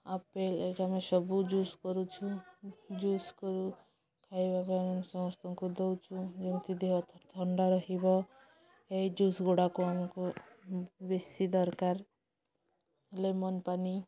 apple ଏଇଟା ଆମେ ସବୁ ଜୁସ୍ କରୁଛୁ ଜୁସ୍ କରୁ ଖାଇବା ପାଇଁ ଆମେ ସମସ୍ତଙ୍କୁ ଦେଉଛୁ ଯେମିତି ଦେହ ଥଣ୍ଡା ରହିବ ଏଇ ଜୁସ୍ ଗୁଡ଼ାକ ଆମକୁ ବେଶୀ ଦରକାର ଲେମନ୍ ପାନି